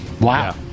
Wow